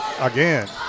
again